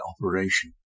operation